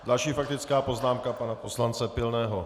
Další faktická poznámka pana poslance Pilného.